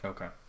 Okay